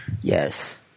Yes